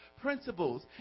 principles